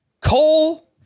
Cole